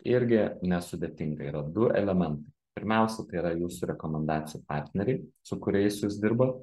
irgi nesudėtinga yra du elementai pirmiausia tai yra jūsų rekomendacijų partneriai su kuriais jūs dirbat